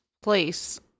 place